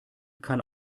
kann